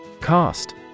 Cost